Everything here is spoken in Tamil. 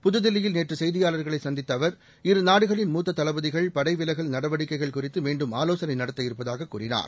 புத்தில்லியில் நேற்றுசெய்தியாளர்களைசந்தித்தஅவர் இரு நாடுகளின் மூத்ததளபதிகள் படைவிலகல் நடவடிக்கைகள் குறித்துமீண்டும் ஆலோசனைநடத்த இருப்பதாககூறினார்